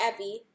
Evie